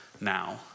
now